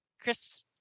Chris